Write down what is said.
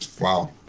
Wow